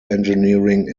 engineering